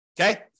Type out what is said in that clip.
Okay